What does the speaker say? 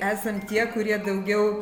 esam tie kurie daugiau